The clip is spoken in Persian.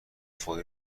فوری